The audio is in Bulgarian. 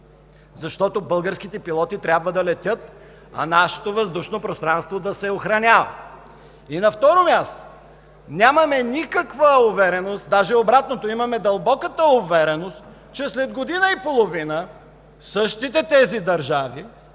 защото българските пилоти трябва да летят, а нашето въздушно пространство да се охранява. На второ място, нямаме никаква увереност, даже обратното, имаме дълбоката увереност, че след година и половина същите тези държави